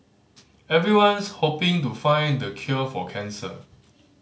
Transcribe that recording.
everyone's hoping to find the cure for cancer